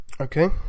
Okay